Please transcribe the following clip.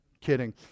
Kidding